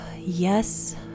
Yes